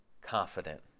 confident